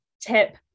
tip